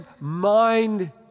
mind